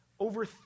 over